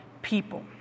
people